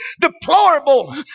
deplorable